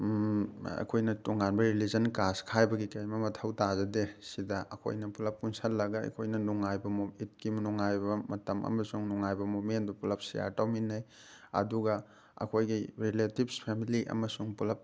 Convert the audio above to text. ꯑꯩꯈꯣꯏꯅ ꯇꯣꯉꯥꯟꯕ religion caste ꯈꯥꯏꯕꯒꯤ ꯀꯔꯤꯝꯐꯧ ꯃꯊꯧ ꯇꯥꯖꯗꯦ ꯁꯤꯗ ꯑꯩꯈꯣꯏꯅ ꯄꯨꯜꯂꯞ ꯄꯨꯟꯁꯜꯂꯒ ꯑꯩꯈꯣꯏꯅ ꯅꯨꯡꯉꯥꯏꯕ ꯏꯠꯀꯤ ꯅꯨꯡꯉꯥꯏꯕ ꯃꯇꯝ ꯑꯃꯁꯨꯡ ꯅꯨꯡꯉꯥꯏꯕ ꯃꯨꯞꯃꯦꯟꯗꯨ ꯄꯨꯜꯂꯞ ꯁꯤꯌꯥꯔ ꯇꯧꯃꯤꯟꯅꯩ ꯑꯗꯨꯒ ꯑꯩꯈꯣꯏꯒꯤ ꯔꯤꯂꯦꯇꯤꯞꯁ ꯐꯦꯃꯤꯂꯤ ꯑꯃꯁꯨꯡ ꯄꯨꯜꯂꯞ